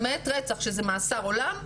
למעט רצח שזה מאסר עולם,